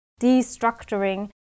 destructuring